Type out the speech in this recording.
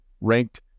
ranked